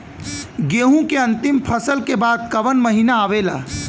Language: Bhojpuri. गेहूँ के अंतिम फसल के बाद कवन महीना आवेला?